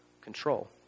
control